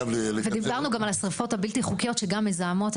דיברנו גם על השריפות הבלתי חוקיות שמזהמות.